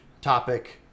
topic